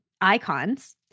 Icons